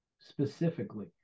specifically